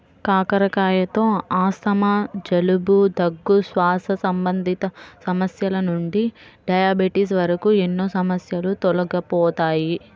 కాకరకాయలతో ఆస్తమా, జలుబు, దగ్గు, శ్వాస సంబంధిత సమస్యల నుండి డయాబెటిస్ వరకు ఎన్నో సమస్యలు తొలగిపోతాయి